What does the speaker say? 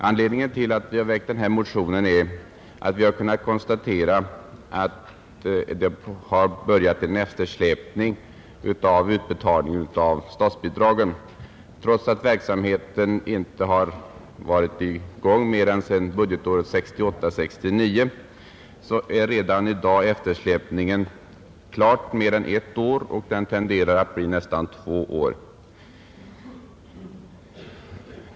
Anledningen till att vi har väckt motionen är att vi har kunnat konstatera att det har börjat uppstå en eftersläpning av utbetalningen av statsbidragen. Trots att verksamheten inte har varit i gång mer än sedan budgetåret 1968/69 är redan i dag eftersläpningen klart mer än ett år och den tenderar att bli nästan två år.